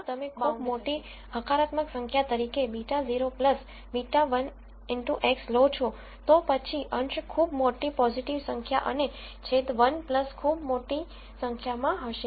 હવે જો તમે ખૂબ મોટી હકારાત્મક સંખ્યા તરીકે β0 β1 x લો છો તો પછી અંશ ખૂબ મોટી પોઝીટીવ સંખ્યા અને છેદ 1 ખૂબ મોટી સંખ્યામાં હશે